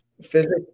physics